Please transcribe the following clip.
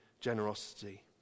generosity